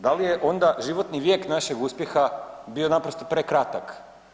Da li je onda životni vijek našeg uspjeha bio naprosto prekratak?